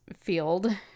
field